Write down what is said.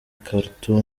khartoum